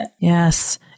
Yes